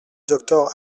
docteur